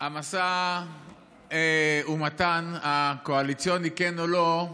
המשא ומתן קואליציוני, כן או לא,